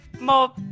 more